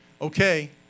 Okay